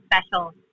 special